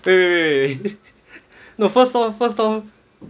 wait wait wait no first off first off